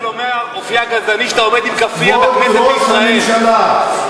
כבוד ראש הממשלה,